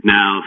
Now